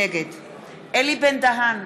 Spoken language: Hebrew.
נגד אלי בן-דהן,